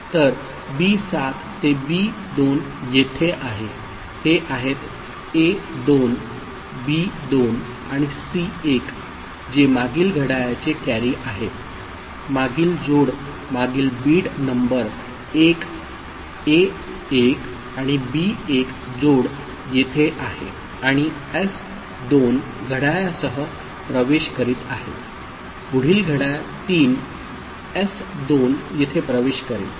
तर बी 7 ते बी 2 येथे आहे हे आहेत ए 2 बी 2 आणि सी 1 जे मागील घड्याळाचे कॅरी आहे मागील जोड मागील बिट नंबर एक ए 1 आणि बी 1 जोड येथे आहे आणि एस 2 घड्याळासह प्रवेश करीत आहे पुढील घड्याळ 3 एस 2 येथे प्रवेश करेल